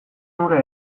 hura